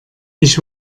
ich